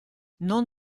non